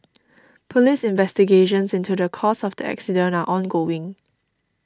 police investigations into the cause of the accident are ongoing